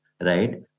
right